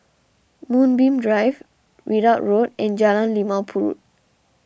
Moonbeam Drive Ridout Road and Jalan Limau Purut